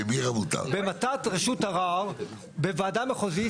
במתן רשות ערר בוועדה מחוזית,